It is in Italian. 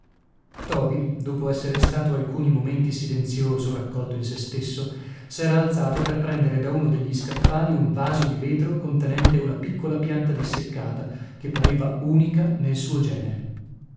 toby dopo essere stato alcuni momenti silenzioso raccolto in se stesso s'era alzato per prendere da uno degli scaffali un vaso di vetro contenente una piccola pianta disseccata che pareva unica nel suo genere